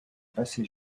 passé